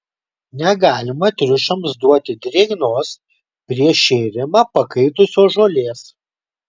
negalima triušiams duoti drėgnos prieš šėrimą pakaitusios žolės